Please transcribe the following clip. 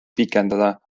pikendada